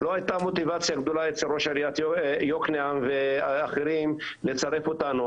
לא הייתה מוטיבציה גדולה אצל ראש עריית יוקנעם ואחרים לצרף אותנו,